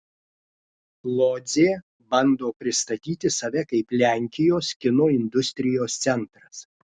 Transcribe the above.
lodzė bando pristatyti save kaip lenkijos kino industrijos centras